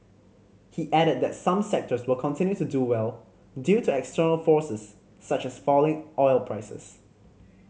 he added that some sectors will continue to do well due to external forces such as falling oil prices